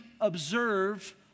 observe